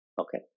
Okay